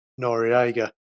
Noriega